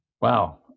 wow